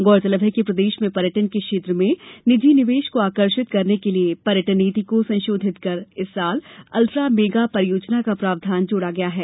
गौरतलब है कि प्रदेश में पर्यटन के क्षेत्र में निजी निवेश को आकर्षित करने के लिए पर्यटन नीति को संशोधित कर इस वर्ष अल्ट्रा मेगा परियोजना का प्रावधान जोड़ा गया है